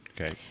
Okay